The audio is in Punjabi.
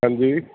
ਹਾਂਜੀ